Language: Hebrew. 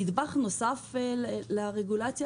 נדבך נוסף לרגולציה